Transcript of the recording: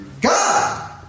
God